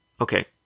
Okay